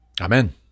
Amen